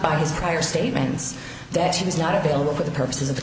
by his prior statements that he was not available for the purposes of